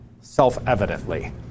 Self-evidently